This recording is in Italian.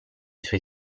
suoi